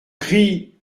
cri